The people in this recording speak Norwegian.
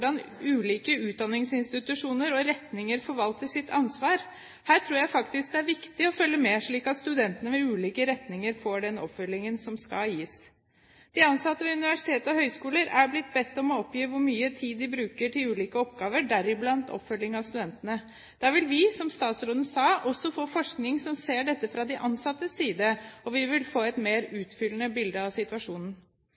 ulike utdanningsinstitusjoner og retninger forvalter sitt ansvar. Her tror jeg faktisk det er viktig å følge med, slik at studentene ved ulike retninger får den oppfølgingen som skal gis. De ansatte ved universiteter og høyskoler er blitt bedt om å oppgi hvor mye tid de bruker til ulike oppgaver, deriblant oppfølging av studentene. Da vil vi, som statsråden sa, også få forskning som ser dette fra de ansattes side, og vi vil få et mer